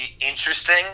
interesting